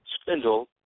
spindle